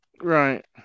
Right